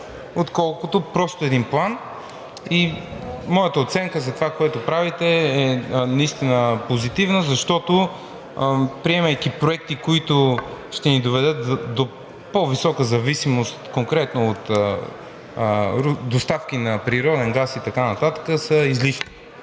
отколкото просто един план и моята оценка за това, което правите, е наистина позитивна, защото, приемайки проекти, които ще ни доведат до по-висока зависимост конкретно от доставки на природен газ и така нататък, са излишни.